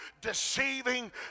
deceiving